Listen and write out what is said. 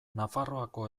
nafarroako